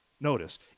Notice